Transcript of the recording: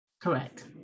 Correct